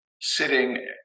sitting